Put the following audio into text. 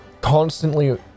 constantly